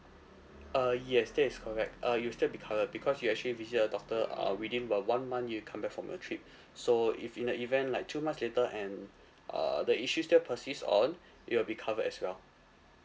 uh yes that is correct uh you'll still be covered because you actually visit a doctor uh within uh one month you come back from a trip so if in the event like two months later and uh the issue still persist on you will be covered as well